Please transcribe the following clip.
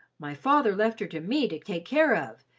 my father left her to me to take care of,